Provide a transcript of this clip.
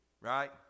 right